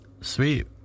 Sweet